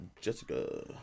Jessica